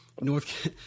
North